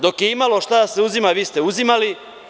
Dok je imalo šta da se uzima, vi ste uzimali.